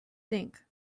think